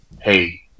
hey